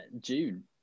June